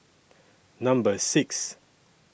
Number six